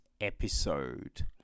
episode